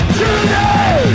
today